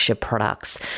products